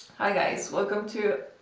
hi guys, welcome to